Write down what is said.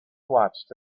watched